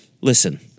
Listen